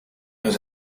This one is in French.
nous